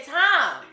time